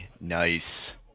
nice